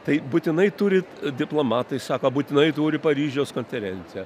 tai būtinai turit diplomatai sako būtinai turi paryžiaus konferenciją